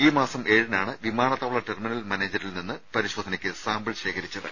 ഈ മാസം ഏഴിനാണ് വിമാനത്താവള ടെർമിനൽ മാനേജരിൽ നിന്ന് പരിശോധനയ്ക്ക് സാമ്പിൾ ശേഖരിച്ചത്